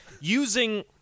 using